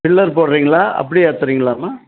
pillar போடறீங்களா அப்படியே ஏற்றுறீங்களாம்மா